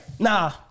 Nah